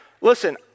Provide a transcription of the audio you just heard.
Listen